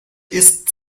ist